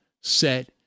set